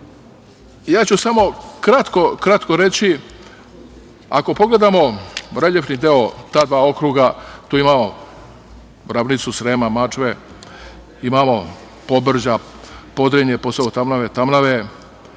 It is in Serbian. zaštitimo. Kratko ću reći, ako pogledamo reljefni deo ta dva okruga, tu imamo ravnicu Srema, Mačve, imamo Pobrđe, Podrinje, Posavotamnave, Tamnave,